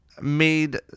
made